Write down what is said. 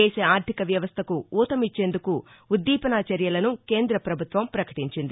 దేశ ఆర్థిక వ్యవస్థకు ఊతమిచ్చేందుకు ఉద్దీపన చర్యలను కేంద్ర ప్రభుత్వం ప్రకటించింది